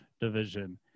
division